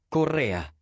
Correa